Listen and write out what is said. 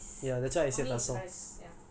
ya that's why I say I don't want biryani I want rice